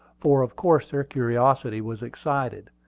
for of course their curiosity was excited.